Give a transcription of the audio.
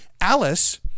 Alice